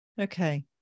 okay